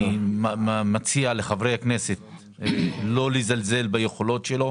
ואני מציע לחברי הכנסת לא לזלזל ביכולות שלו.